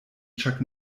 chuck